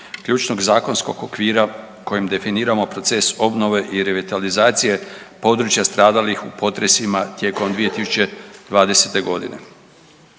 ključnog zakonskog okvira kojim definiramo proces obnove i revitalizacije područja stradalih u potresima tijekom 2020. godine.